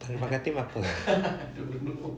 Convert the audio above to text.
tanjong pagar theme apa